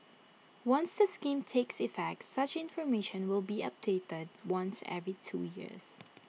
once the scheme takes effect such information will be updated once every two years